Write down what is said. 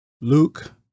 Luke